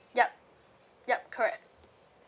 yup yup correct